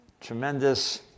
tremendous